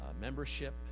membership